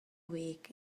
week